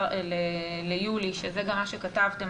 שזה גם מה שכתבתם,